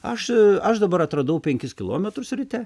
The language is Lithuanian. aš aš dabar atradau penkis kilometrus ryte